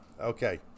Okay